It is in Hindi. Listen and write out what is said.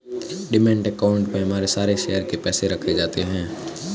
डिमैट अकाउंट में हमारे सारे शेयर के पैसे रखे जाते हैं